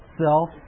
self